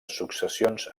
successions